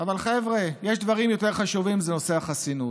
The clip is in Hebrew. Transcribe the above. אבל חבר'ה, יש דברים יותר חשובים: נושא החסינות.